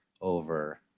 over